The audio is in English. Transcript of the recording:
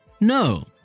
No